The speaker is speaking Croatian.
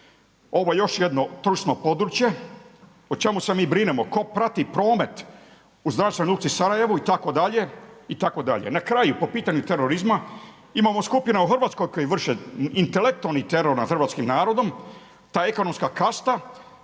Ovo je još jedno trusno područje. O čemu se mi brinemo? Tko prati promet u zračnoj luci Sarajevo itd., itd.? Na kraju i po pitanju terorizma, imamo skupina u Hrvatskoj koji vrše intelektualni teror nad hrvatskim narodom, ta ekonomska kasta,